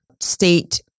state